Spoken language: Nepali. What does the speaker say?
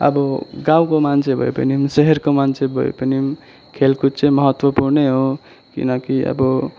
अब गाउँको मान्छे भए पनि सहरको मान्छे भए पनि खेलकुद चाहिँ महत्त्वपूर्णै हो किनकि अब